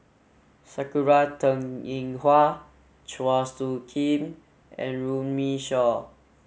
Sakura Teng Ying Hua Chua Soo Khim and Runme Shaw